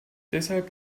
deshalb